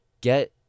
get